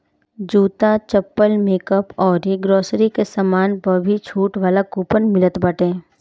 जूता, चप्पल, मेकअप अउरी ग्रोसरी के सामान पअ भी छुट वाला कूपन मिलत बाटे